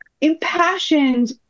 impassioned